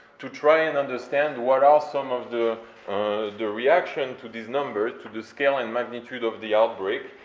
to try and understand what are some of the the reaction to these numbers, to the scale and magnitude of the outbreak,